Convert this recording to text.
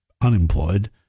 unemployed